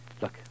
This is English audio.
Look